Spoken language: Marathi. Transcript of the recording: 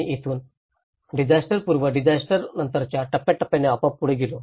आणि येथून डिझास्टर पूर्व डिझास्टर नंतरच्या टप्प्याटप्प्याने आपोआप पुढे गेलो